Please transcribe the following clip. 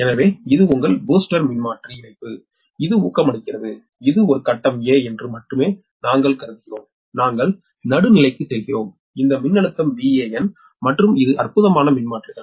எனவே இது உங்கள் பூஸ்டர் மின்மாற்றி இணைப்பு இது ஊக்கமளிக்கிறது இது ஒரு கட்டம் 'a' என்று மட்டுமே நாங்கள் கருதுகிறோம் நாங்கள் நடுநிலைக்கு செல்கிறோம் இந்த மின்னழுத்தம் Van மற்றும் இது அற்புதமான மின்மாற்றிகள்